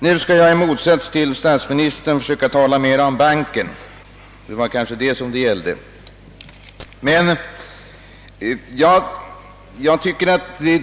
Nu skall jag i motsats till statsministern försöka tala om investeringsbanken — det är ju den frågan debatten egentligen gäller.